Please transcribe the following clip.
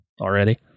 already